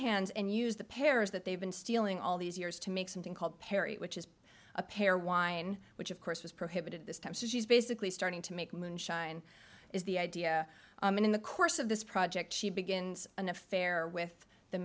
hands and use the pairs that they've been stealing all these years to make something called perry which is a pair wine which of course was prohibited this time so she's basically starting to make moonshine is the idea in the course of this project she begins an affair with the